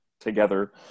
together